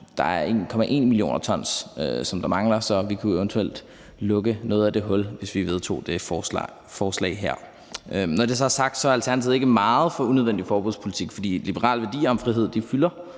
har set, at der mangler 1,1 mio. t. Så vi kunne eventuelt lukke noget af det hul, hvis vi vedtog det her forslag Når det er sagt, er Alternativet ikke meget for unødvendig forbudspolitik, for liberale værdier om frihed fylder